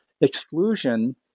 exclusion